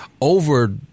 over